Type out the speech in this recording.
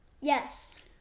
Yes